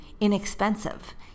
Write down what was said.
inexpensive